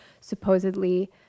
supposedly